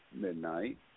Midnight